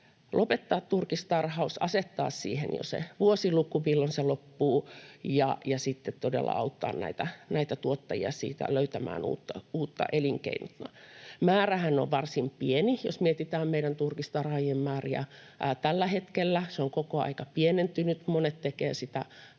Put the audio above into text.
lopettaa turkistarhaus, asettaa siihen jo se vuosiluku, milloin se loppuu, ja sitten todella auttaa näitä tuottajia löytämään uutta elinkeinoa. Määrähän on varsin pieni. Jos mietitään meidän turkistarhaajien määrää tällä hetkellä, se on koko ajan pienentynyt. Monet tekevät sitä